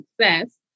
success